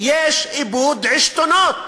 יש איבוד עשתונות.